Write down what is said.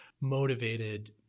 motivated